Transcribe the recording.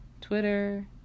twitter